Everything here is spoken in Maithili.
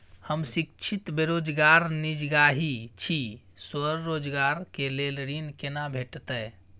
हम शिक्षित बेरोजगार निजगही छी, स्वरोजगार के लेल ऋण केना भेटतै?